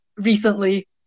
recently